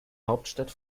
hauptstadt